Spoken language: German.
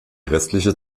restliche